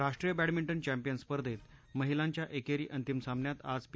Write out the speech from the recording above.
राष्ट्रीय badminton champion स्पर्धेत महीलांच्या एकेरी अंतिम सामन्यात आज पी